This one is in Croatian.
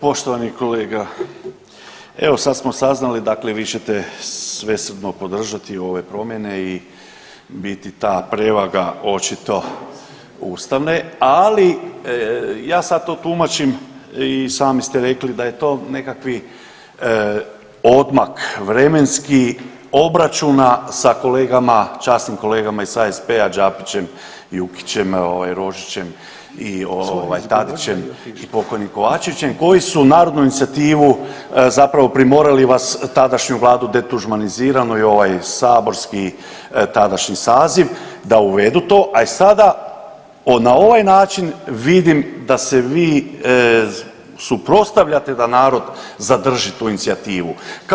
Poštovani kolega evo sad smo saznali dakle vi ćete svesrdno podržati ove promjene i biti ta prevaga očito ustavne, ali ja sad to tumačim i sami ste rekli da je to nekakvi odmak vremenski obračuna sa kolegama, časnim kolegama iz HSP-a Đapićem, Jukićem, ovaj Rožićem i ovaj Tadićem i pokojnim Kovačevićem koji su narodnu inicijativu zapravo primorali vas tadašnju vladu detuđmaniziranu i ovaj saborski tadašnji saziv da uvedu to, e sada na ovaj način vidim da se vi suprotstavljate da narod zadrži tu inicijativu.